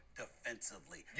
defensively